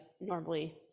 normally